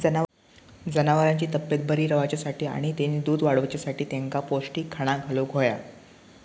जनावरांची तब्येत बरी रवाच्यासाठी आणि तेनी दूध वाडवच्यासाठी तेंका पौष्टिक खाणा घालुक होया